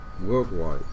worldwide